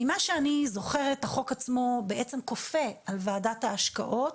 ממה שאני זוכרת החוק עצמו בעצם כופה על ועדת ההשקעות,